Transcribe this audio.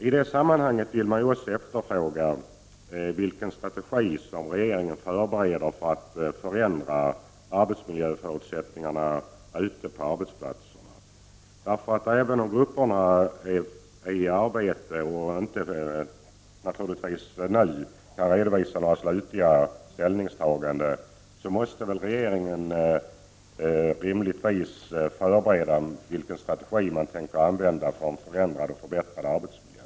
I detta sammanhang skulle jag också vilja fråga vilken strategi regeringen förbereder för att förändra arbetsmiljöförutsättningarna ute på arbetsplatserna. Även om grupperna är i arbete och naturligtvis inte nu kan redovisa några slutliga ställningstaganden, måste väl regeringen rimligen ha förberett någon strategi att användas för förändrad och förbättrad arbetsmiljö.